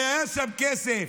היה שם כסף.